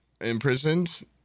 Imprisoned